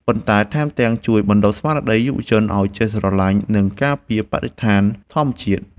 ប៉ុន្តែថែមទាំងជួយបណ្ដុះស្មារតីយុវជនឱ្យចេះស្រឡាញ់ និងការពារបរិស្ថានធម្មជាតិ។